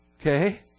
Okay